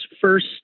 first